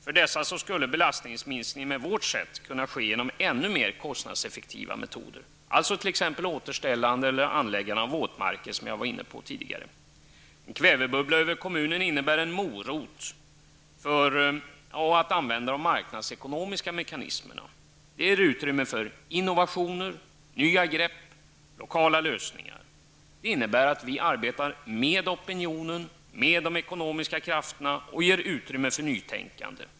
För dessa skulle belastningsminskningen med vårt sätt att se kunna ske genom ännu mer kostnadseffektiva metoder, t.ex. återställande eller anläggande av våtmarker, som jag tidigare var inne på. En kvävebubbla över kommunen innebär en morot och ett användande av de marknadsekonomiska mekanismerna. Det ger utrymme för innovationer, nya grepp och lokala lösningar. Det innebär att vi arbetar med opinionen, med de ekonomiska krafterna, och ger utrymme för nytänkande.